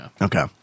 Okay